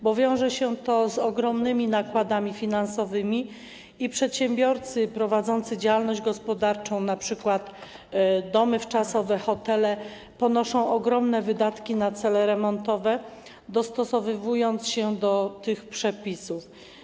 Bo wiąże się to z ogromnymi nakładami finansowymi i przedsiębiorcy prowadzący działalność gospodarczą, np. domy wczasowe, hotele, ponoszą ogromne wydatki na cele remontowe, dostosowując się do tych przepisów.